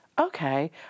Okay